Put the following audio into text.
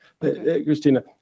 Christina